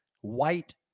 white